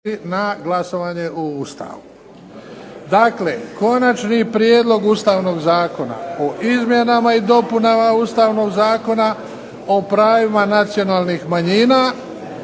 Luka (HDZ)** Dakle, - Konačni prijedlog Ustavnog zakona o izmjenama i dopunama Ustavnog zakona o pravima nacionalnih manjina,